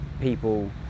people